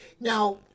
Now